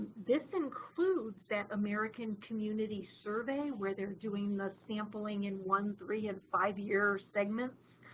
this includes that american community survey, where they're doing the sampling in one, three and five year segments.